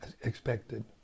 expected